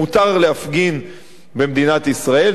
מותר להפגין במדינת ישראל.